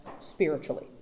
spiritually